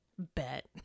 Bet